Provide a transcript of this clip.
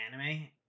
anime